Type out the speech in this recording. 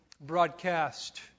broadcast